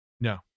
No